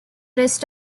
rest